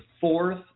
fourth